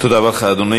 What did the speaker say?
אדוני